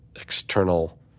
external